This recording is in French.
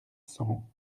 cent